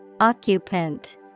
Occupant